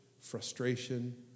frustration